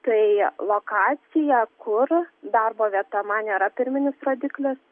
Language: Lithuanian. tai lokacija kur darbo vieta man nėra pirminis rodiklis